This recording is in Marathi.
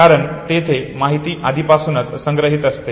कारण तेथे माहिती आधीपासूनच संग्रहित असते